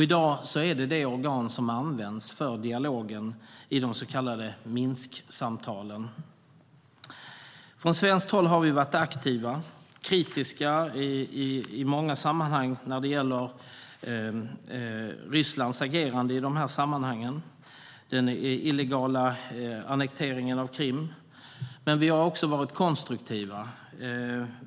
I dag är OSSE det organ som används för dialogen i de så kallade Minsksamtalen. Från svenskt håll har vi varit aktiva. Vi har varit kritiska i många sammanhang när det gäller Rysslands agerande i samband med den illegala annekteringen av Krim. Men vi har också varit konstruktiva.